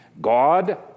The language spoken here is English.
God